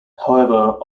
however